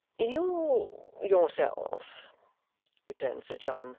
you yourself returned sir john,